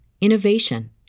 innovation